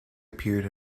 appeared